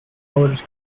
colors